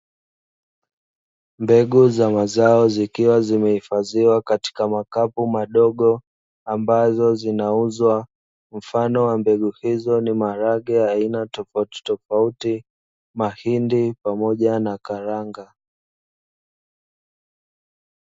Mbegu za mazao zikiwa zimehifadhiwa katika makapu madogo ambazo zinauzwa, mfano wa mbegu hizo ni maharage aina tofautitofauti, mahindi, pamoja na karanga.